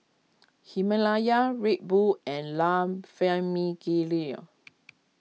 Himalaya Red Bull and La Famiglia